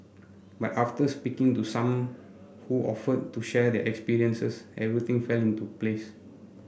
but after speaking to some who offered to share their experiences everything fell into place